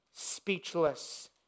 speechless